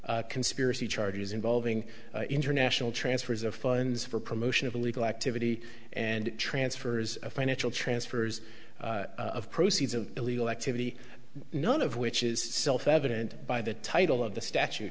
laundering conspiracy charges involving international transfers of funds for promotion of illegal activity and transfers of financial transfers of proceeds of illegal activity none of which is self evident by the title of the statute